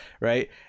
Right